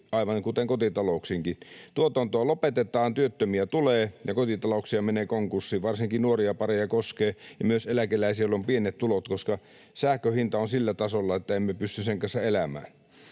aivan kuten kotitalouksiinkin. Tuotantoa lopetetaan, työttömiä tulee, ja kotitalouksia menee konkurssiin — varsinkin nuoria pareja tämä koskee, ja myös eläkeläisiä, joilla on pienet tulot — koska sähkön hinta on sillä tasolla, että emme pysty sen kanssa elämään.